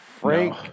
Frank